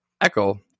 Echo